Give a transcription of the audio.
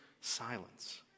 silence